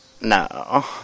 no